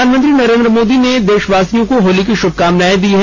प्रधानमंत्री नरेंद्र मोदी ने देशवासियों को होली की श्रभकामनाएं दी हैं